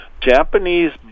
japanese